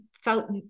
felt